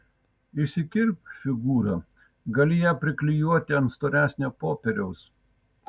išsikirpk figūrą gali ją priklijuoti ant storesnio popieriaus